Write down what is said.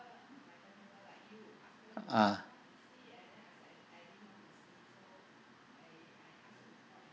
ah